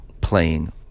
playing